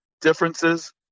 differences